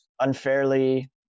unfairly